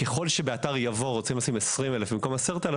ככל שבאתר יבור רוצים לשים 20,000 במקום 10,000 טון